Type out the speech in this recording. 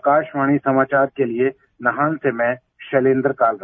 आकाशवाणी समाचार के लिए नाहन से शैलेन्द्र कालरा